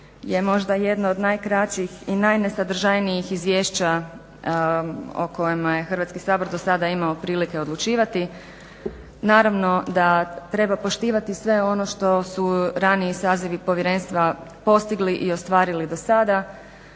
je možda jedno od najkraćih i najnesadržajnijih izvješća o kojima je Hrvatski sabor do sada imao prilike odlučivati. Naravno da treba poštivati sve ono što su raniji sazivi povjerenstva postigli i ostvarili do sada.